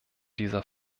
dieser